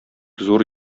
зур